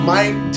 Mike